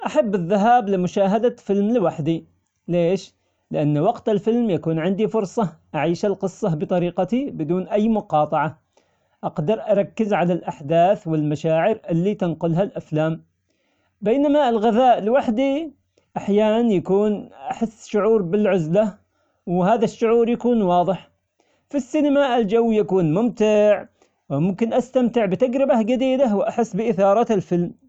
أحب الذهاب لمشاهدة فيلم لوحدي، ليش؟ لأن وقت الفيلم يكون عندي فرصة أعيش القصة بطريقتي بدون أي مقاطعة، أقدر أركز على الأحداث والمشاعر اللي تنقلها الأفلام، بينما الغذاء لوحدي أحيانا يكون أحس شعور بالعزلة وهذا الشعور يكون واضح، في السينما الجو يكون ممتع ممكن أستمتع بتجربة جديدة وأحس بإثارة الفيلم.